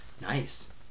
Nice